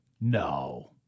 No